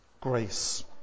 grace